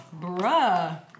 bruh